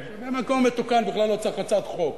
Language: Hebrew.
במקום מתוקן בכלל לא צריך הצעת חוק.